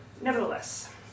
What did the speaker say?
Nevertheless